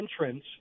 entrance